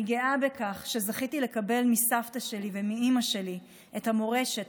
אני גאה בכך שזכיתי לקבל מסבתא שלי ומאימא שלי את המורשת,